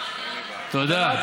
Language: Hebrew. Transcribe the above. תודה.